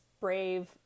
brave